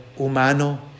humano